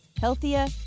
Healthier